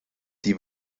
die